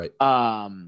right